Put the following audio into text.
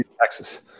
Texas